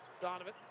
Donovan